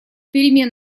перемен